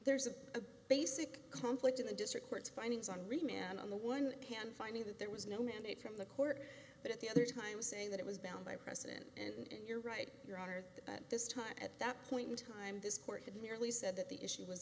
there's a basic conflict in the district court's findings on remand on the one hand finding that there was no mandate from the court but at the other time saying that it was bound by precedent and you're right your honor that this time at that point in time this court had merely said that the issue was